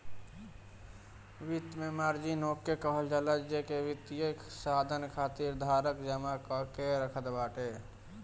वित्त में मार्जिन ओके कहल जाला जेके वित्तीय साधन खातिर धारक जमा कअ के रखत बाटे